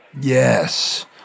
Yes